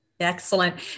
excellent